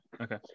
Okay